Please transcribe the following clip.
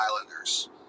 Islanders